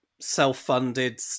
self-funded